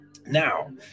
now